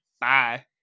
bye